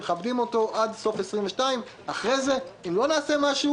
אנחנו מכבדים אותו עד סוף שנת 2022. אחרי זה, אם לא נעשה משהו